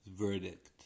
verdict